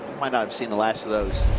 might not have seen the last of those.